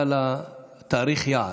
אלא היה לה תאריך יעד.